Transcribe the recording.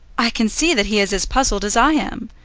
i can see that he is as puzzled as i am.